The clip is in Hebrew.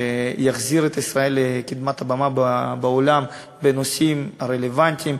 שיחזיר את ישראל לקדמת הבמה בעולם בנושאים הרלוונטיים,